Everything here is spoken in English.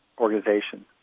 organization